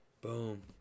Boom